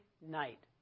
night